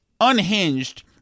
unhinged